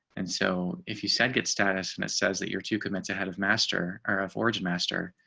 and so if you said, get status and it says that your to convince ahead of master or of origin master.